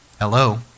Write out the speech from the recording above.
hello